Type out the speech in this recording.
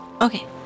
okay